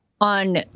on